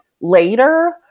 later